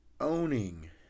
owning